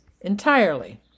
entirely